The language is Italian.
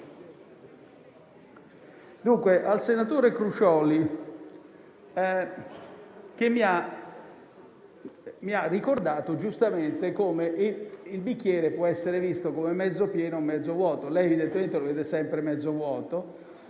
Al senatore Crucioli, che mi ha ricordato giustamente come il bicchiere può essere visto come mezzo pieno o mezzo vuoto, dico che evidentemente lo vede sempre mezzo vuoto,